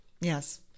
Yes